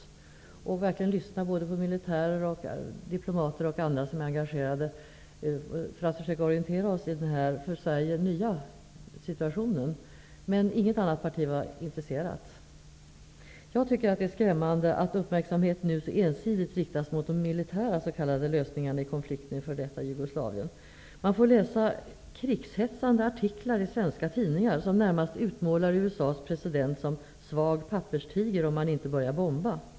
Man skulle då ges tillfälle att få lyssna till vad militärer, diplomater och andra som är engagerade har att säga för att vi skulle kunna orientera oss i den här för Sverige nya situationen. Men inget annat parti var intresserat därav. Det är skrämmande att uppmärksamheten nu så ensidigt riktas mot militära s.k. lösningar av konflikten i f.d. Jugoslavien. Man får läsa krigshetsande artiklar i svenska tidningar. USA:s president utmålas närmast som en svag papperstiger om han inte börjar bomba.